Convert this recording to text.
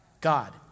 God